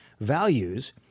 values